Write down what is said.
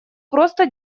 просто